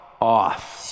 off